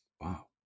Wow